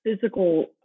physical